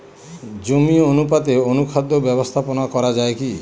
জমিতে অনুপাতে অনুখাদ্য ব্যবস্থাপনা করা য়ায় কি?